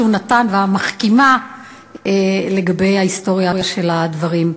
והמחכימה שהוא נתן לגבי ההיסטוריה של הדברים.